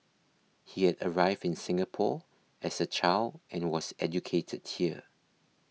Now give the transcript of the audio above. he had arrived in Singapore as a child and was educated here